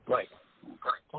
Right